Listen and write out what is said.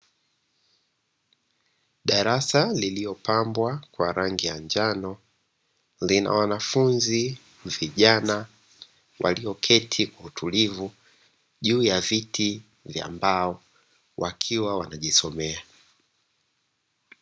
Darasa lililopambwa kwa rangi ya njano, lina wanafunzi vijana walioketi kwautulivu juu ya viti vya mbao wakiwa wanajisomea.